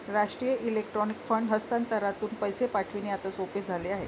राष्ट्रीय electronic fund हस्तांतरणातून पैसे पाठविणे आता सोपे झाले आहे